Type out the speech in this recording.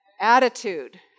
Attitude